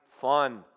fun